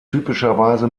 typischerweise